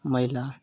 महिला